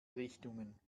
richtungen